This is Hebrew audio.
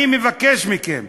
אני מבקש מכם: